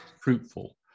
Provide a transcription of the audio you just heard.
fruitful